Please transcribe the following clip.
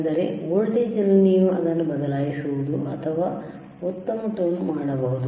ಅಂದರೆ ವೋಲ್ಟೇಜ್ನಲ್ಲಿ ನೀವು ಅದನ್ನು ಬದಲಾಯಿಸಬಹುದು ಅಥವಾ ಉತ್ತಮ ಟ್ಯೂನ್ ಮಾಡಬಹುದು